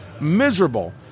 miserable